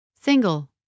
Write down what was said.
Single